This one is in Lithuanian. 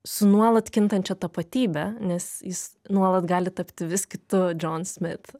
su nuolat kintančia tapatybe nes jis nuolat gali tapti vis kitu džon smit